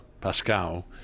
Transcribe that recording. pascal